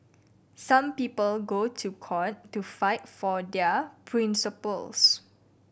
some people go to court to fight for their principles